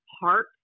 heart